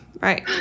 right